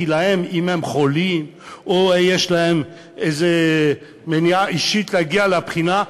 כי אם הם חולים או יש להם איזו מניעה אישית להגיע לבחינה,